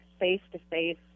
face-to-face